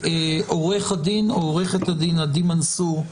עורך הדין או עורכת הדין עדי מנסור.